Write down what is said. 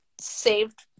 saved